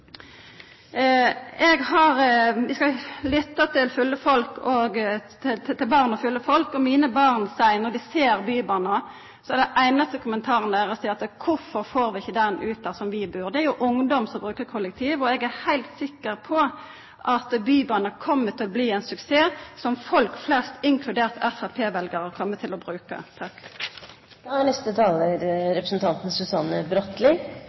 Vi skal lytta til barn og fulle folk, og den einaste kommentaren mine barn har når dei ser Bybanen, er: Kvifor får vi ikkje han ut dit vi bur? Det er jo ungdom som bruker kollektivtilbodet, og eg er heilt sikker på at Bybanen kjem til å bli ein suksess, som folk flest, inkludert veljarane til Framstegspartiet, kjem til å bruka.